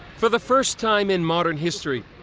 for the first time in modern history,